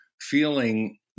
feeling